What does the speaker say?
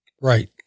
Right